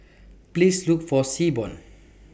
Please Look For Seaborn